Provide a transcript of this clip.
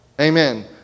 Amen